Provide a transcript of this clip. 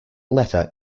letter